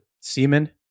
Semen